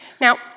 Now